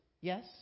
Yes